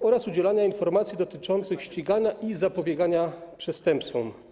oraz udzielania informacji dotyczących ścigania i zapobiegania przestępstwom.